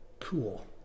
cool